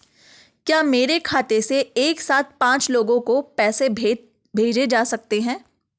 क्या मेरे खाते से एक साथ पांच लोगों को पैसे भेजे जा सकते हैं?